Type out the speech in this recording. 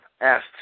asked